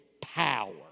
power